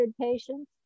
patients